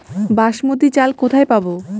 বাসমতী চাল কোথায় পাবো?